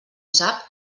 sap